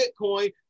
Bitcoin